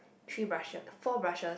three brushes four brushes